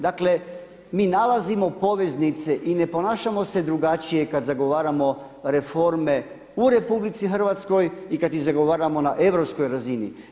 Dakle mi nalazimo poveznice i ne ponašamo se drugačije kada zagovaramo reforme u RH i kada ih zagovaramo na europskoj razini.